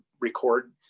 record